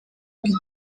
imbere